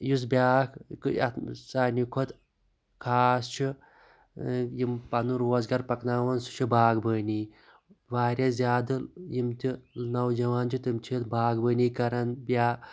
یُس بیاکھ یتھ سارنی کھۄتہٕ خاص چھِ یِم پَنُن روزگار پَکاناوان سُہ چھِ باغ بٲنی وارِیاہ زیادٕ یِم تہِ نَوجَوان چھِ تِم چھِ باغ بٲنی کَران یا